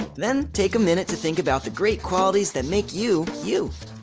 then, take a minute to think about the great qualities that make you, you!